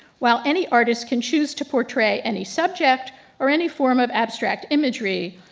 while any artist can choose to portray any subject or any form of abstract imagery,